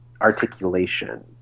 articulation